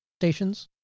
stations